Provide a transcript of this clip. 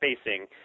spacing